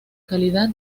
calidad